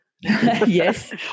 Yes